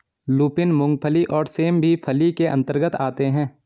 lupin, मूंगफली और सेम भी फली के अंतर्गत आते हैं